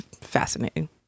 fascinating